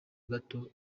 gato